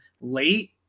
late